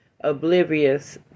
oblivious